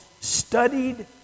studied